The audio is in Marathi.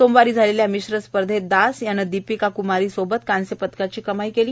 सोमवारी झालल्या मिश्र स्पर्धेत दास यानं दीपिका क्मारी समवत्त कांस्य पदकाची कमाई कल्ली